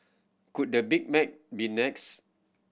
could the Big Mac be next